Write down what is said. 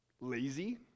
Lazy